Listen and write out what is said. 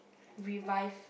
revive